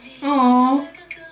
Aww